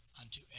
unto